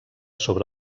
sobre